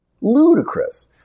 Ludicrous